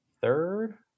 third –